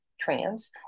trans